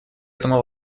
этому